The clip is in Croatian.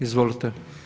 Izvolite.